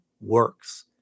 works